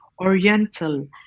Oriental